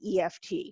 EFT